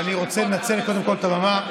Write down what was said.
אני רוצה לנצל קודם כול את הבמה,